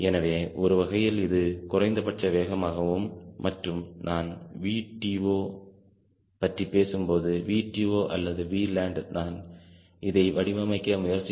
எனவே ஒருவகையில் இது குறைந்தபட்ச வேகமாகவும் மற்றும் நான் VTO பற்றிப் பேசும்போது VTOஅல்லது Vland நாம் இதை வடிவமைக்க முயற்சிக்கும்போது 1